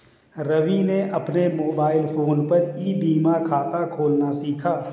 रवि ने अपने mobile phone पर ई बीमा खाता खोलना सीखा